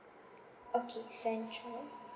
okay central